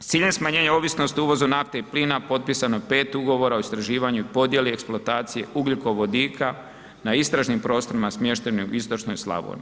S ciljem smanjenja ovisnosti o uvozu nafte i plina potpisano je 5 ugovora o istraživanju i podjeli eksploatacije ugljikovodika na istražnim prostorima smještenim u istočnoj Slavoniji.